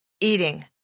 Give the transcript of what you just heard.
eating